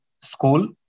school